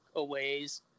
aways